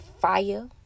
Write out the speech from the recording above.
fire